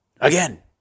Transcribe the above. again